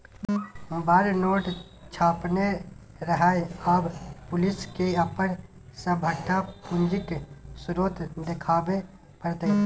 बड़ नोट छापने रहय आब पुलिसकेँ अपन सभटा पूंजीक स्रोत देखाबे पड़तै